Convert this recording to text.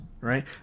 right